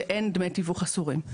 שאין דמי תיווך אסורים.